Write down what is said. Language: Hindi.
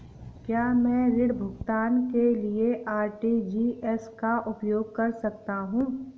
क्या मैं ऋण भुगतान के लिए आर.टी.जी.एस का उपयोग कर सकता हूँ?